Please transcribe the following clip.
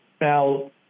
Now